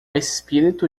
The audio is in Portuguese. espírito